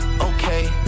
Okay